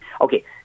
Okay